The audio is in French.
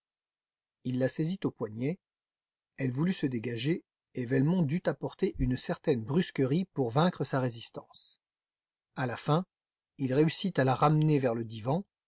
il la saisit aux poignets elle voulut se dégager et velmont dut apporter une certaine brusquerie pour vaincre sa résistance à la fin il réussit à la ramener vers le divan